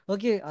Okay